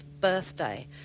birthday